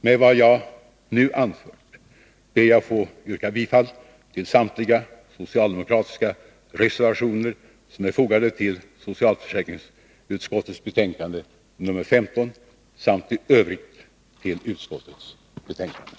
Med vad jag nu anfört ber jag att få yrka bifall till samtliga socialdemokratiska reservationer som är fogade till socialförsäkringsutskottets betänkande nr 15 samt i övrigt till utskottets betänkande.